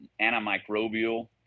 antimicrobial